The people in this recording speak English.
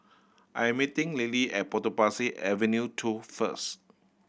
I'm meeting Lilly at Potong Pasir Avenue Two first